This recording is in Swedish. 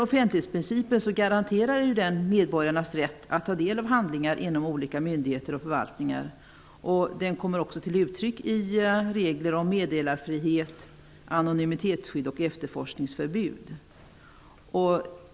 Offentlighetsprincipen garanterar medborgarnas rätt att ta del av handlingar inom myndigheter och förvaltningar, och den kommer också till uttryck i regler om meddelarfrihet, anonymitetsskydd och efterforskningsförbud.